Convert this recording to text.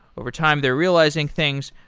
overtime, they're realizing things.